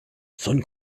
sun